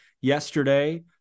yesterday